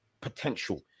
potential